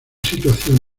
situación